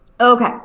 Okay